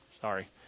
Sorry